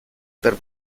per